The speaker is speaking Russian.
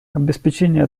обеспечение